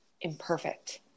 imperfect